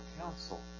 counsel